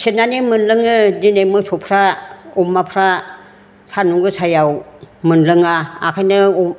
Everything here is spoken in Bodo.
सेरनानै मोनलोङो दिनै मोसौफ्रा अमाफ्रा सान्दुं गोसायाव मोनलोङा ओंखायनो